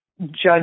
judge